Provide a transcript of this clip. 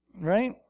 right